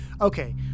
Okay